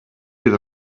bit